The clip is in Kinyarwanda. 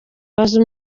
baza